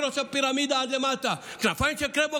מראש הפירמידה ועד למטה: כנפיים של קרמבו,